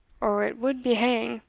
or it would be hang